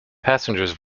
passengers